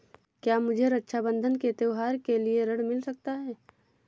क्या मुझे रक्षाबंधन के त्योहार के लिए ऋण मिल सकता है?